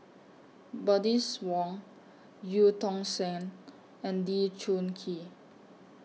Bernice Wong EU Tong Sen and Lee Choon Kee